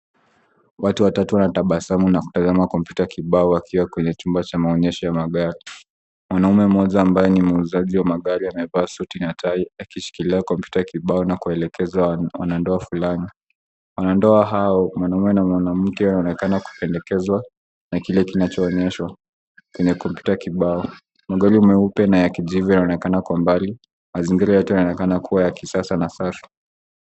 Watu watatu wanatabasamu na kutazama kompyuta kibao wakiwa kwenye chumba cha maonyeshao ya magari. Mwanaume mmoja ambaye ni muuzaji wa magari amevaa suti na tai akishikilia kompyuta kibao na kuelekeza wanandoa fulani. Wanandoa hao mwanaume na mwanamke wanaonekana kupendekezwa na kile kinachoonyeshwa kwenye kompyuta kibao. Magari meupe na ya kijivu yanaonekana kwa mbali. Mazingira yote yanaonekana kuwa ya kisasa na safi.